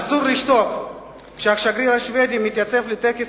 אסור לשתוק כשהשגריר השבדי מתייצב לטקס